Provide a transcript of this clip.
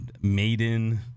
Maiden